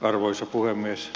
arvoisa puhemies